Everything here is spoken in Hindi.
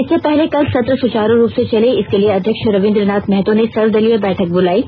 इससे पहले कल सत्र सुचारू रूप से चले इसके लिए अध्यक्ष रवींद्रनाथ महतो ने सर्वदलीय बैठक बुलायी